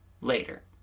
later